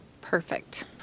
Perfect